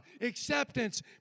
acceptance